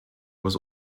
was